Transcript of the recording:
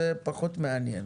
זה פחות מעניין.